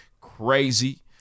Crazy